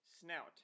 snout